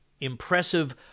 impressive